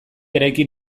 eraikin